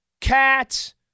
cats